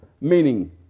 meaning